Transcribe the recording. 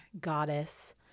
goddess